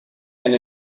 and